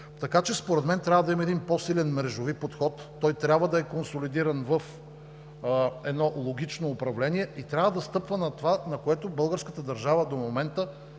Така че според мен трябва да има един по-силен мрежови подход, той трябва да е консолидиран в едно логично управление и трябва да стъпва на това, което българската държава до момента